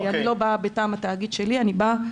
אני באה